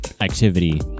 activity